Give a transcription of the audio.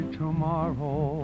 tomorrow